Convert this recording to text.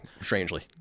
strangely